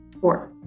Four